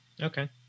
Okay